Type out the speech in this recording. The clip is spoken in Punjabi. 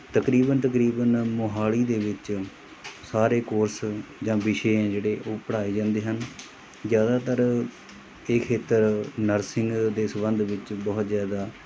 ਤਕਰੀਬਨ ਤਕਰੀਬਨ ਮੋਹਾਲੀ ਦੇ ਵਿੱਚ ਸਾਰੇ ਕੋਰਸ ਜਾਂ ਵਿਸ਼ੇ ਹੈ ਜਿਹੜੇ ਉਹ ਪੜ੍ਹਾਏ ਜਾਂਦੇ ਹਨ ਜ਼ਿਆਦਾਤਰ ਇਹ ਖੇਤਰ ਨਰਸਿੰਗ ਦੇ ਸੰਬੰਧ ਵਿੱਚ ਬਹੁਤ ਜ਼ਿਆਦਾ